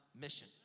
mission